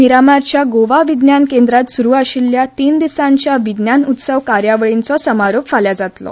मिरामारच्या गोवा विज्ञान केंद्रांत सुरू आशिल्ल्या तीन दिसांच्या विज्ञान उत्सव कार्यावळींचो समारोप फाल्यां जातलो